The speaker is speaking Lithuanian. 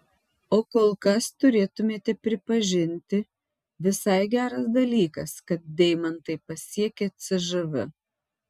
o kol kas turėtumėte pripažinti visai geras dalykas kad deimantai pasiekė cžv